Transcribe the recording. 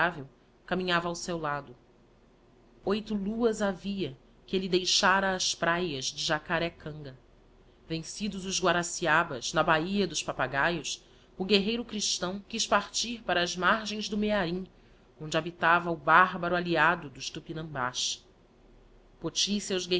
inseparável caminhava ao seu lado oito luas havia que elle deixara as praias de jacarécanga vencidos os guaraciabas na bahia dos papagaios o guerreiro christão quiz partir para as margens do mearim onde habitava o bárbaro alliado dos tupinambás poty e seus